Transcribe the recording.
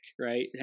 right